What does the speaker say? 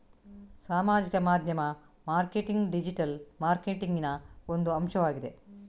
ಸಾಮಾಜಿಕ ಮಾಧ್ಯಮ marketing digital ಮಾರ್ಕೆಟಿಂಗಿನ ಒಂದು ಅಂಶವಾಗಿದೆ